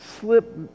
slip